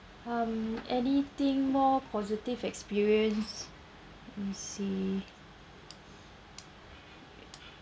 um anything more positive experience let me see